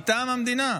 מטעם המדינה.